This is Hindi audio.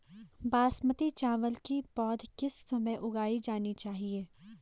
बासमती चावल की पौध किस समय उगाई जानी चाहिये?